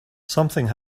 something